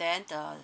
and then